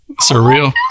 surreal